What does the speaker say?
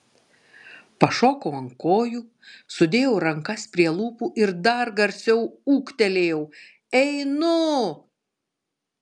pašokau ant kojų sudėjau rankas prie lūpų ir dar garsiau ūktelėjau einu